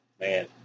man